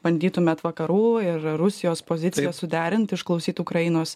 bandytumėt vakarų ir rusijos pozicijas suderint išklausyt ukrainos